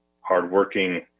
hardworking